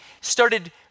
started